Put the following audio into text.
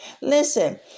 Listen